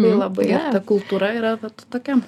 tai labai ta kultūra yra vat tokia